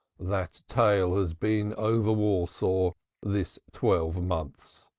that tale has been over warsaw this twelvemonth.